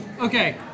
Okay